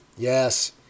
Yes